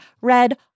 read